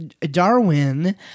Darwin